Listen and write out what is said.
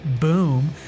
boom